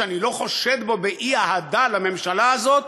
שאני לא חושד בו באי-אהדה של הממשלה הזאת,